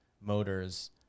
motors